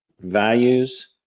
Values